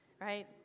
right